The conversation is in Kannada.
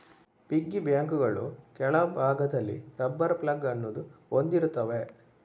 ಪಿಗ್ಗಿ ಬ್ಯಾಂಕುಗಳು ಕೆಳಭಾಗದಲ್ಲಿ ರಬ್ಬರ್ ಪ್ಲಗ್ ಅನ್ನು ಹೊಂದಿರುತ್ತವೆ